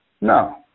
no